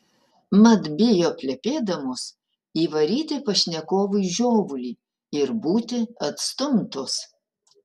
mat bijo plepėdamos įvaryti pašnekovui žiovulį ir būti atstumtos